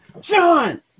John